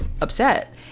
upset